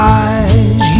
eyes